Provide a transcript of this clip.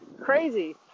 crazy